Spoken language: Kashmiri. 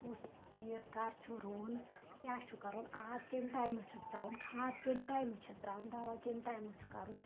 کُس چیٖز کَر چُھ رُوُن کیٚاہ چُھ کَرُن آب کٔمۍ ٹایمہٕ چُھس تراوُن کھاد کٔمۍ ٹایمہٕ چھَس تراؤنۍ دَوہ کٔمۍ ٹایمہٕ چُھ کَرُن